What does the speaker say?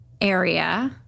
area